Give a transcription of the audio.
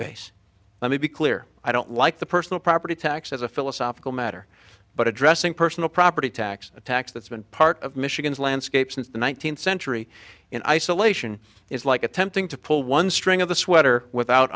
base let me be clear i don't like the personal property tax as a philosophical matter but addressing personal property tax a tax that's been part of michigan's landscape since the one thousand century in isolation is like attempting to pull one string of the sweater without